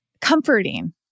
comforting